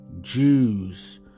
Jews